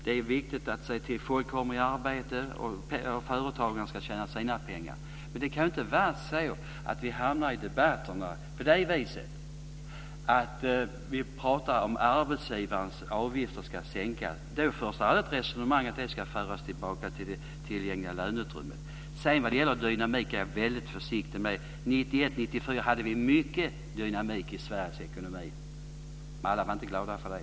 Det är viktigt att se till att folk kommer i arbete. Företagaren ska tjäna sina pengar. Men vi får inte prata om att arbetsgivarens avgifter ska sänkas i debatterna utan att säga att pengarna ska föras tillbaka till det tillgängliga löneutrymmet. När det gäller dynamiken vill jag säga att jag är väldigt försiktig. 1991-1994 hade vi mycket dynamik i Sveriges ekonomi. Alla var inte glada för det.